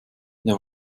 mir